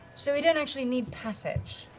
so we don't actually need passage.